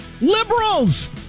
Liberals